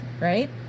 right